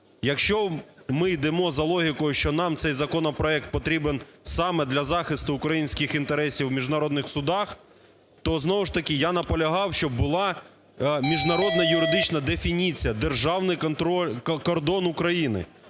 Якщо ми йдемо за логікою, що нам цей законопроект потрібен саме для захисту українських інтересів в міжнародних судах, то знову ж таки я наполягав, щоб була міжнародна юридична дефініція: Державний кордон України.